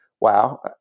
Wow